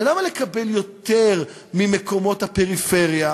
ולמה לקבל יותר ממקומות הפריפריה?